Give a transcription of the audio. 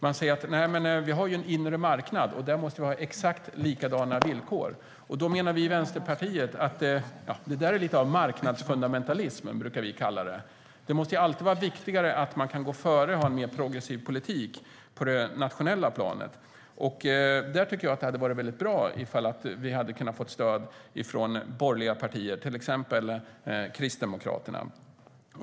Man säger att vi har ju en inre marknad och där måste vi ha exakt likadana villkor. Vi i Vänsterpartiet menar att det är lite av en marknadsfundamentalism, som vi brukar kalla det. Det måste ju alltid vara viktigare att man kan gå före och ha en mer progressiv politik på det nationella planet, och där tycker jag att det hade varit väldigt bra om vi hade kunnat få stöd från borgerliga partier, till exempel Kristdemokraterna.